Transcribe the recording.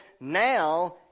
now